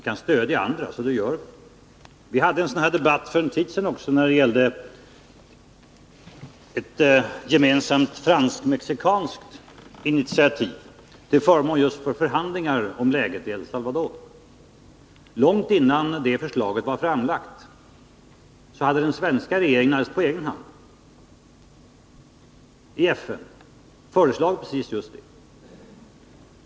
Vi kan stödja andra sådana, vilket vi också gör. Vi hade även för en tid sedan en sådan här debatt som gällde ett gemensamt franskt-mexikanskt uttalande till förmån för just förhandlingar om läget i El Salvador. Långt innan det förslaget var framlagt, hade den svenska regeringen på egen hand i FN föreslagit just detta.